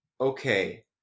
okay